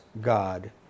God